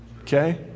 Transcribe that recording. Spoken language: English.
okay